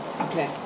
Okay